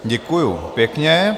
Děkuji pěkně.